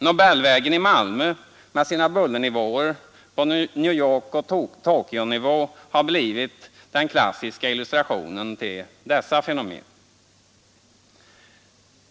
Nobelvägen i Malmö med sina bullervärden på New Yorkoch Tokyo-nivå har blivit den klassiska illustrationen till detta fenomen.